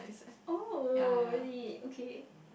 oh really okay